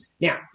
Now